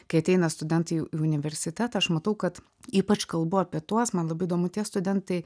kai ateina studentaiį universitetą aš matau kad ypač kalbu apie tuos man labai įdomu tie studentai